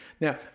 Now